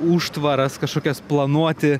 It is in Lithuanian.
užtvaras kažkokias planuoti